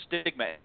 stigma